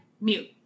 Mute